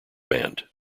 band